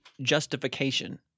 justification